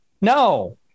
no